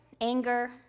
anger